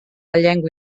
llengua